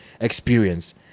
experience